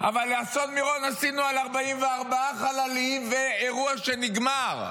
אבל באסון מירון עשינו, 44 חללים ואירוע שנגמר,